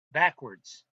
backwards